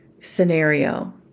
scenario